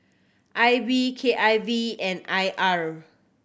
I B K I V and I R